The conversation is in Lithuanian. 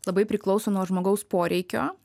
labai priklauso nuo žmogaus poreikio